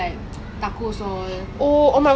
I don't think singapore will ban lah